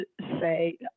say